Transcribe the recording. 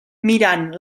mirant